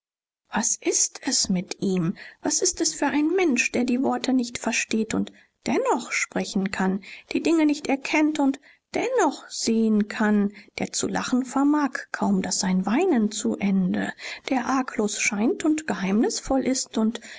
was ist es mit ihm was ist es für ein mensch der die worte nicht versteht und dennoch sprechen kann die dinge nicht erkennt und dennoch sehen kann der zu lachen vermag kaum daß sein weinen zu ende der arglos scheint und geheimnisvoll ist und